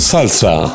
Salsa